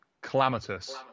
calamitous